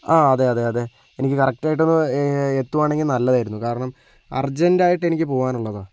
ആ അതെ അതെ അതെ എനിക്ക് കറക്റ്റായിട്ടൊന്ന് എത്തുകയാണെങ്കിൽ നല്ലതായിരുന്നു കാരണം അർജെന്റ് ആയിട്ട് എനിക്ക് പോകാനുള്ളതാണ്